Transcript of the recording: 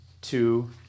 two